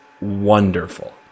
wonderful